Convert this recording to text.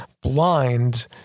blind